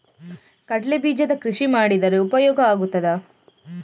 ಕಡ್ಲೆ ಬೀಜದ ಕೃಷಿ ಮಾಡಿದರೆ ಉಪಯೋಗ ಆಗುತ್ತದಾ?